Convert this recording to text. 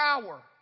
power